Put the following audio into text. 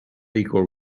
equal